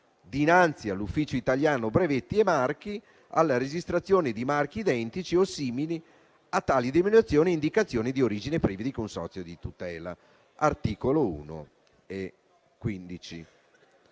dinanzi all'Ufficio italiano brevetti e marchi, alla registrazione di marchi identici o simili a tali denominazioni e indicazioni di origine privi di consorzio di tutela, ai sensi